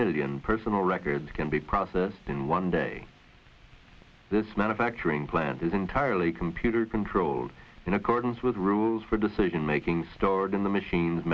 million personal records can be processed in one day this manufacturing plant is entirely computer controlled in accordance with rules for decision making stored in the machine